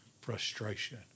frustration